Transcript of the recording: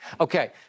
Okay